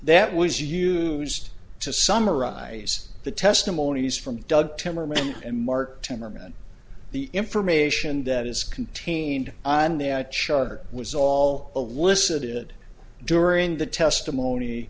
that was used to summarize the testimonies from doug timmerman and mark temperament the information that is contained on the charter was all a listen did during the testimony